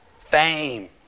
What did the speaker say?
fame